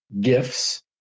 gifts